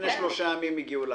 שלפני שלושה ימים הגיעו להבנה.